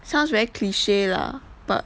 sounds very cliche lah but